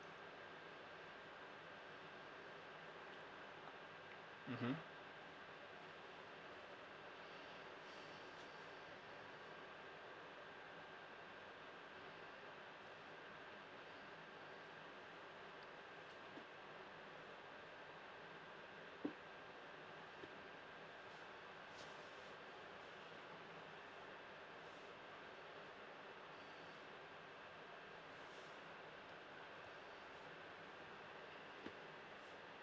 mmhmm